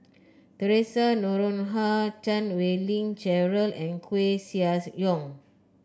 Theresa Noronha Chan Wei Ling Cheryl and Koeh Sia Yong